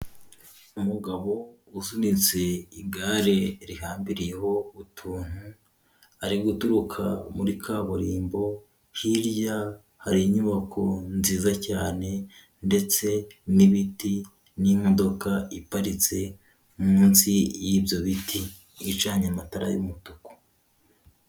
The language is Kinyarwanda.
Umugabo usunitse igare rihambiriyeho utuntu ari guturuka muri kaburimbo, hirya hari inyubako nziza cyane ndetse n'ibiti n'imodoka iparitse munsi y'ibyo biti, icanye amatara y'umutuku.